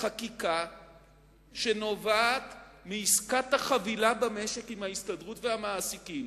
חקיקה שנובעת מעסקת החבילה במשק עם ההסתדרות והמעסיקים.